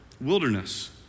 wilderness